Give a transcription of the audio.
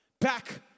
back